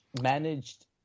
managed